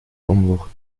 unwucht